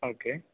okay